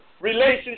relationship